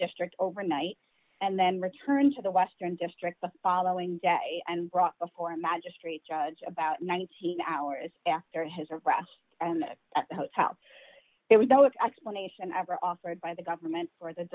district overnight and then returned to the western district the following day and brought before a magistrate judge about nineteen hours after his arrest at the hotel there was no explanation ever offered by the government for th